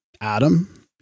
Adam